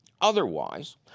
Otherwise